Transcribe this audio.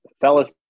Fellas